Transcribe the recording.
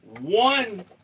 one